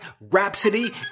Rhapsody